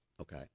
okay